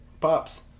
Pops